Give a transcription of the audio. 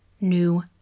new